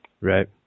Right